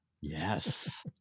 Yes